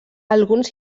alguns